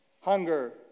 hunger